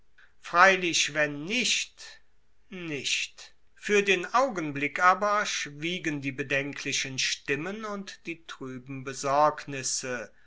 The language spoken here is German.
freilich wenn nicht nicht fuer den augenblick aber schwiegen die bedenklichen stimmen und die trueben besorgnisse